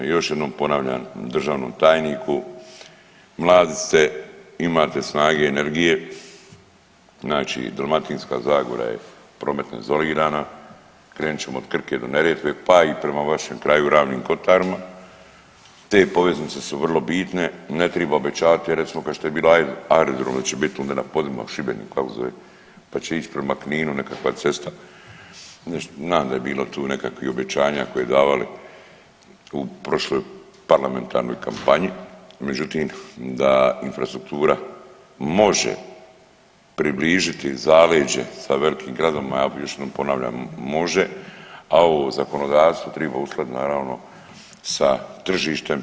I još jednom ponavljam državnom tajniku mladi ste imate snage i energije, znači Dalmatinska Zagora je prometno izolirana krenut ćemo od Krke do Neretve pa i prema vašem kraju Ravnim kotarima te poveznice su vrlo bitne, ne treba obećavat recimo kao što je bila aerodrom da će bit onda na … u Šibeniku kako se zove, pa će ić prema Kninu nekakva cesta, znam da je tu bilo nekakvih obećanja koje su davali u prošloj parlamentarnoj kampanji, međutim da infrastruktura može približiti zaleđe sa velikim gradovima, ja još jednom ponavljam može, a ovo zakonodavstvo treba uskladiti naravno sa tržištem.